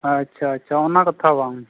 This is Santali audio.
ᱟᱪᱪᱷᱟ ᱟᱪᱪᱷᱟ ᱚᱱᱟ ᱠᱟᱛᱷᱟ ᱵᱟᱝ